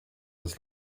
als